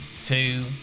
two